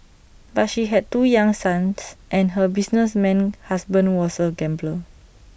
but she had two young sons and her businessman husband was A gambler